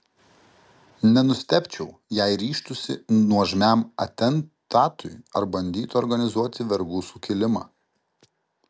nenustebčiau jei ryžtųsi nuožmiam atentatui ar bandytų organizuoti vergų sukilimą